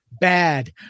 bad